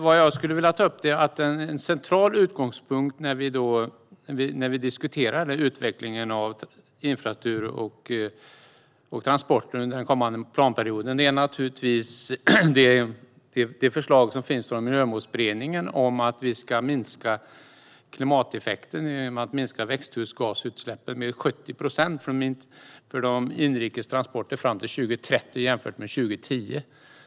Vad jag skulle vilja ta upp som en central utgångspunkt i utvecklingen av infrastruktur och transporter under den kommande planperioden är det förslag som finns från miljömålsberedningen om att vi ska minska klimateffekten genom att minska växthusgasutsläppen från inrikes transporter med 70 procent från 2010 fram till 2030.